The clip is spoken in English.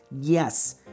Yes